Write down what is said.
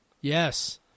Yes